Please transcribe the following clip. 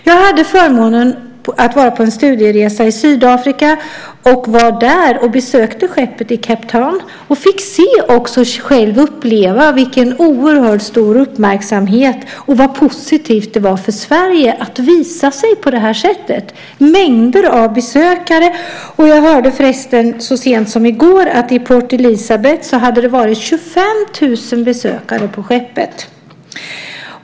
Jag har haft förmånen att vara med på en studieresa i Sydafrika och besökte skeppet i Cape Town. Jag fick då se och själv uppleva den oerhört stora uppmärksamheten och vad positivt det var för Sverige att visa sig på det här sättet. Det var en mängd besökare. Jag hörde förresten så sent som i går att i Port Elizabeth var 25 000 besökare på skeppet.